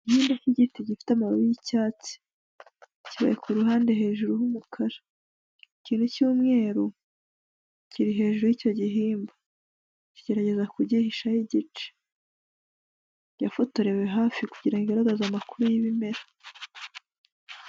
Igihimba cy'igiti gifite amababi y'icyatsi, kibaye ku ruhande hejuru h'umukara, ikintu cy'umweru kiri hejuru y'icyo gihimba, kigerageza kugihishaho igice yafotorewe hafi, kugirango agaragara amakuru y'ibimera.